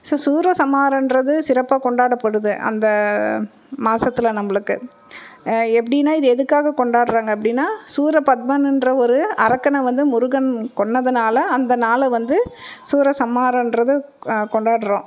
so சூரசம்ஹாரம்ன்றது சிறப்பாக கொண்டாடப்படுது அந்த மாசத்தில் நம்மளுக்கு எப்படின்னா இது எதுக்காக கொண்டாடுறாங்க அப்படின்னா சூரபத்மனுன்ற ஒரு அரக்கனை வந்து முருகன் கொன்றதுனால அந்த நாளை வந்து சூரசம்ஹாரம்ன்றது கொண்டாடுகிறோம்